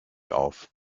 auf